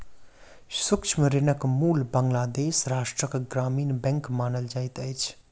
सूक्ष्म ऋणक मूल बांग्लादेश राष्ट्रक ग्रामीण बैंक मानल जाइत अछि